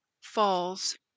falls